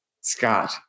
Scott